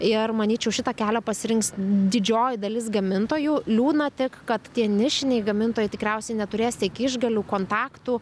ir manyčiau šitą kelią pasirinks didžioji dalis gamintojų liūdna tik kad tie nišiniai gamintojai tikriausiai neturės tiek išgalių kontaktų